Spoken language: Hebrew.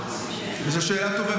זו שאלה טובה.